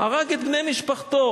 הרג את בני משפחתו.